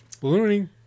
Ballooning